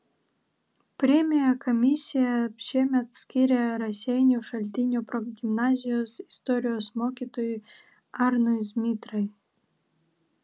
premiją komisija šiemet skyrė raseinių šaltinio progimnazijos istorijos mokytojui arnui zmitrai